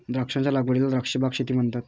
द्राक्षांच्या लागवडीला द्राक्ष बाग शेती म्हणतात